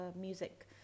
music